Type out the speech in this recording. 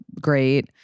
Great